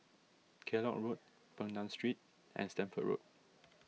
Kellock Road Peng Nguan Street and Stamford Road